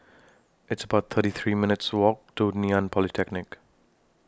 It's about thirty three minutes' Walk to Ngee Ann Polytechnic